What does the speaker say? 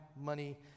money